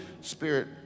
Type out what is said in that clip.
Spirit